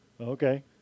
Okay